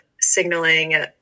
signaling